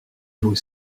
vous